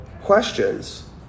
questions